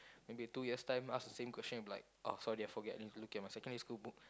maybe in two years time ask the same question you'll be like oh sorry I forget need to look at my secondary school book